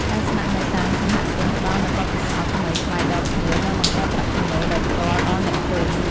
ការស្នាក់នៅតាមសហគមន៍ផ្តល់នូវបទពិសោធន៍ថ្មីប្លែកដល់ភ្ញៀវ និងបង្កើតប្រាក់ចំណូលដោយផ្ទាល់ដល់អ្នកភូមិ។